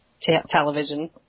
television